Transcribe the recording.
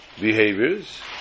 behaviors